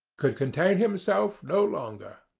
could contain himself no longer.